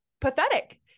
pathetic